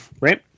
Right